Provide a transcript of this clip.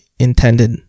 intended